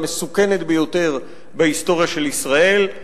המסוכנת ביותר בהיסטוריה של ישראל.